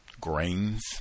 grains